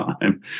time